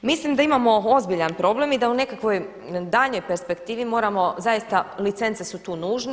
Mislim da imamo ozbiljan problem i da u nekakvoj daljoj perspektivi moramo zaista, licence su tu nužne.